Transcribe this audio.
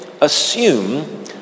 assume